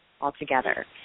altogether